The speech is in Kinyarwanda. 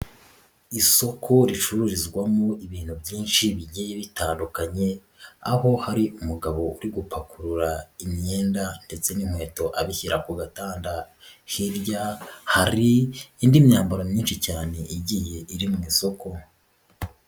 Isoko ricururizwamo ibintu byinshi bigiye bitandukanye aho hari umugabo uri gupakurura imyenda ndetse n'inkweto abishyira ku gatanda, hirya hari indi myambaro myinshi cyane igiye iri mu isoko.